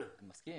אני מסכים.